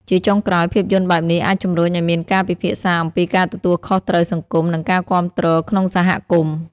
ជាចុងក្រោយ ភាពយន្តបែបនេះអាចជំរុញឲ្យមានការពិភាក្សាអំពីការទទួលខុសត្រូវសង្គម និងការគាំទ្រក្នុងសហគមន៍។